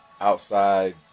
outside